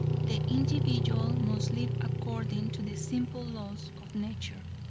the individual must live according to the simple laws of nature.